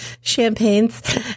champagnes